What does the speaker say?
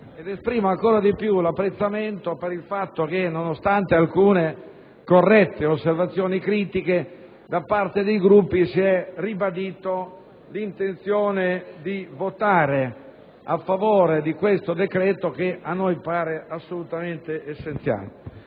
Esprimo ancor più convintamente l'apprezzamento per il fatto che, nonostante alcune corrette osservazioni critiche, da parte dei Gruppi si è ribadita l'intenzione di votare a favore della conversione di questo decreto-legge che a noi pare assolutamente essenziale.